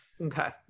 okay